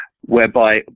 whereby